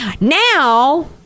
Now